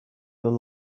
their